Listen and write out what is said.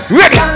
ready